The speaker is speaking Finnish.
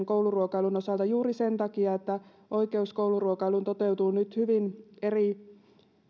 kouluruokailun osalta juuri sen takia että oikeus kouluruokailuun toteutuu nyt hyvin eri